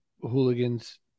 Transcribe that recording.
hooligans